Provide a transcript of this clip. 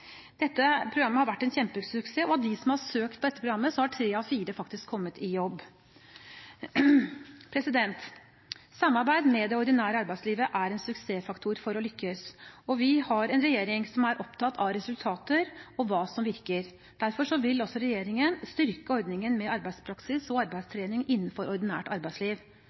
Dette programmet har vært en kjempesuksess, og av dem som har søkt på dette programmet, har faktisk tre av fire kommet i jobb. Samarbeid med det ordinære arbeidslivet er en suksessfaktor for å lykkes, og vi har en regjering som er opptatt av resultater og hva som virker. Derfor vil også regjeringen styrke ordningen med arbeidspraksis og arbeidstrening innenfor ordinært arbeidsliv,